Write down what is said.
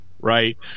Right